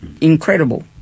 incredible